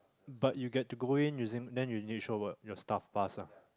but you get to go in using then you need to show work your staff pass ah